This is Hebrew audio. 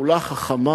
פעולה חכמה?